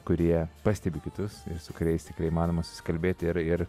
kurie pastebi kitus ir su kuriais tikrai įmanoma susikalbėti ir ir